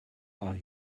are